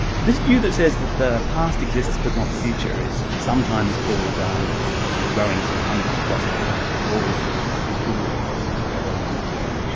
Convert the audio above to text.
this view that says that the past exists but not the future is sometimes called um the growing salami philosophers like broad and michael tooley, are ah well-known for that view.